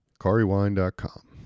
kariwine.com